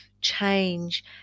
change